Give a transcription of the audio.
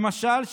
למשל,